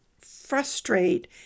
frustrate